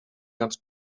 ganz